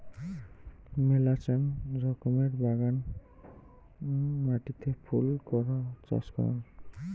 মেলাচান রকমের বাগানের মাটিতে ফুল চাষ করাং